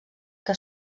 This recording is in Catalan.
que